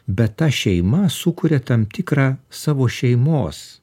bet ta šeima sukuria tam tikrą savo šeimos